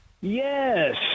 Yes